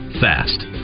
fast